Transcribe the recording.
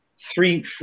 three